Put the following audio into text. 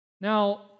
Now